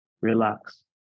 Relax